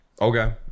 okay